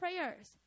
prayers